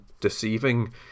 deceiving